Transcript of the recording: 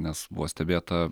nes buvo stebėta